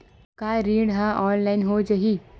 का ऋण ह ऑनलाइन हो जाही?